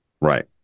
Right